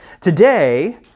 Today